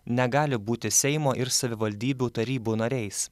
negali būti seimo ir savivaldybių tarybų nariais